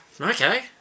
Okay